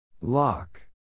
Lock